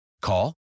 Call